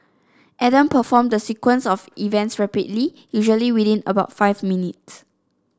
Adam performed the sequence of events rapidly usually within about five minutes